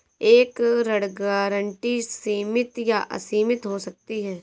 एक ऋण गारंटी सीमित या असीमित हो सकती है